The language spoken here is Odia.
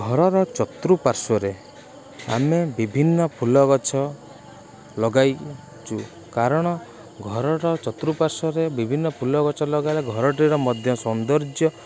ଘରର ଚତୁଃପାର୍ଶ୍ଵରେ ଆମେ ବିଭିନ୍ନ ଫୁଲଗଛ ଲଗାଇଛୁ କାରଣ ଘରର ଚତୁଃପାର୍ଶ୍ଵରେ ବିଭିନ୍ନ ଫୁଲଗଛ ଲଗାଇଲେ ଘରଟିର ମଧ୍ୟ ସୌନ୍ଦର୍ଯ୍ୟ